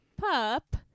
pup